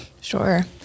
Sure